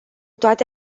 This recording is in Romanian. toate